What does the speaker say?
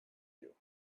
you